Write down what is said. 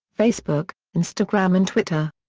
facebook, instagram and twitter.